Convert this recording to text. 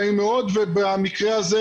נעים מאוד ובמקרה הזה,